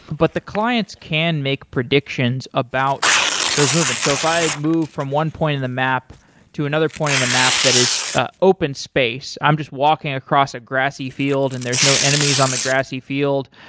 but the clients can make predictions about those movements. so if i move from one point in the map to another point in the map that is ah open space, i'm just walking across ah grassy field and there's no enemies on the grassy field,